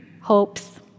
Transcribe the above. hopes